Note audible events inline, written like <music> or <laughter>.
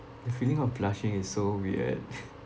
the feeling of blushing is so weird <laughs>